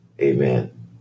Amen